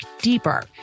deeper